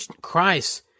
Christ